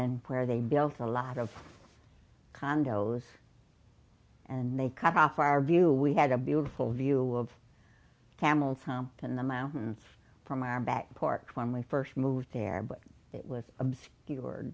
and where they built a lot of condos and they cut off our view we had a beautiful view of camel's hump in the mountains from our back park when we first moved there but it was obscured